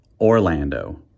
Orlando